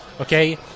okay